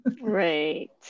Right